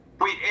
Wait